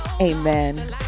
amen